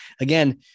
again